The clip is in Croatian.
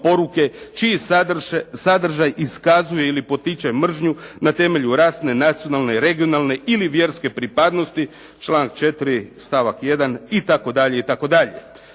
poruke čiji sadržaj iskazuje ili potiče mržnju na temelju rasne, nacionalne, regionalne ili vjerske pripadnosti, članak 4. stavak 1. itd.